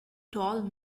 tall